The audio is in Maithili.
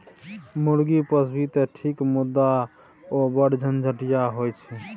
मुर्गी पोसभी तँ ठीक मुदा ओ बढ़ झंझटिया होए छै